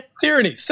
tyranny